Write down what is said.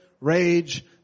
rage